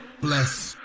Bless